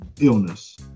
illness